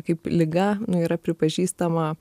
kaip liga yra pripažįstama